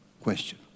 Question